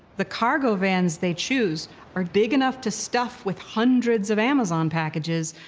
the cargo vans they choose are big enough to stuff with hundreds of amazon packages,